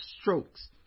strokes